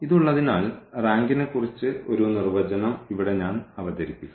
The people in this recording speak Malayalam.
ഇത് ഉള്ളതിനാൽ റാങ്കിനെക്കുറിച്ച് ഒരു നിർവചനം ഇവിടെ ഞാൻ അവതരിപ്പിക്കാം